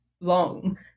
long